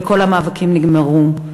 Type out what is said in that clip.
ושכל המאבקים נגמרו,